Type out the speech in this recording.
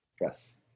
Yes